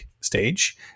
stage